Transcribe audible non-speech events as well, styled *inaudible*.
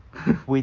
*laughs*